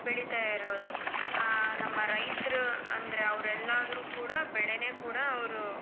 ಬೆಳೀತಾ ಇರೋದು ನಮ್ಮ ರೈತರು ಅಂದರೆ ಅವರೆಲ್ಲಾದ್ರು ಕೂಡ ಬೆಳೇನೇ ಕೂಡ ಅವರು